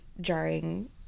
jarring